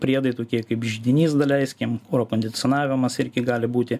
priedai tokie kaip židinys daleiskim oro kondicionavimas irgi gali būti